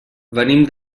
venim